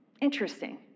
Interesting